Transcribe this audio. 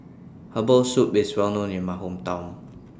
Herbal Soup IS Well known in My Hometown